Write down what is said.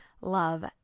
love